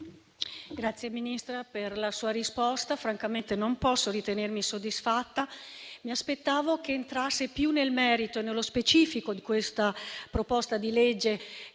la Ministra per la sua risposta, ma francamente non posso ritenermi soddisfatta. Mi aspettavo che entrasse più nel merito e nello specifico della proposta di legge